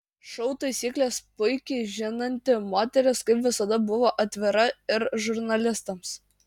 šou taisykles puikiai žinanti moteris kaip visada buvo atvira ir žurnalistams